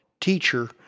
teacher